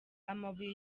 amabuye